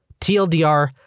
TLDR